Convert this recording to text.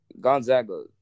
Gonzaga